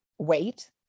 wait